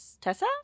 Tessa